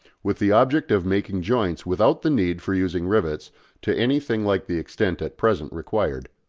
with the object of making joints without the need for using rivets to anything like the extent at present required.